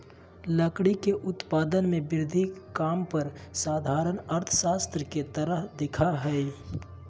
लकड़ी के उत्पादन में वृद्धि काम पर साधारण अर्थशास्त्र के तरह दिखा हइ